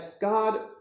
God